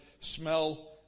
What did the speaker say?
smell